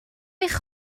eich